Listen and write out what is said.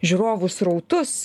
žiūrovų srautus